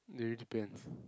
it really depends